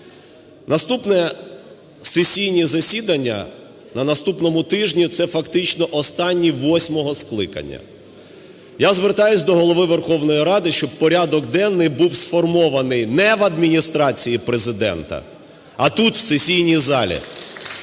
Наступне. Сесійні засідання на наступному тижні - це фактично останні восьмого скликання. Я звертаюся до Голови Верховної Ради, щоб порядок денний був сформований не в Адміністрації Президента, а тут, в сесійній залі.